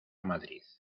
madrid